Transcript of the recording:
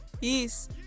Peace